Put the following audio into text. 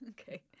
okay